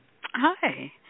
Hi